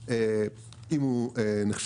אם הוא הצליח - נהדר.